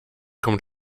kommt